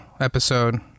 episode